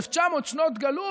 אלף תשע מאות שנות גלות